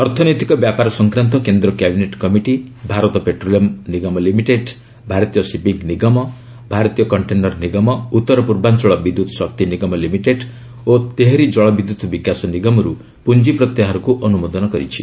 ଅର୍ଥନୈତିକ ବ୍ୟାପାର ସଂକ୍ରାନ୍ତ କେନ୍ଦ୍ର କ୍ୟାବିନେଟ୍ କମିଟି ଭାରତ ପେଟ୍ରୋଲିୟମ୍ ନିଗମ ଲିମିଟେଡ୍ ଭାରତୀୟ ଶିପିଙ୍ଗ୍ ନିଗମ ଭାରତୀୟ କଣ୍ଟେନର୍ ନିଗମ ଉତ୍ତର ପୂର୍ବାଞ୍ଚଳ ବିଦ୍ୟୁତ୍ ଶକ୍ତି ନିଗମ ଲିମିଟେଡ୍ ଓ ତେହରି କଳବିଦ୍ୟୁତ୍ ବିକାଶ ନିଗମରୁ ପୁଞ୍ଜି ପ୍ରତ୍ୟାହାରକୁ ଅନୁମୋଦନ କରିଛି